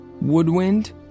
woodwind